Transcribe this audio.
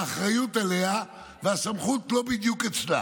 האחריות עליה והסמכות לא בדיוק אצלה.